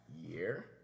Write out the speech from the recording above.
year